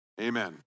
amen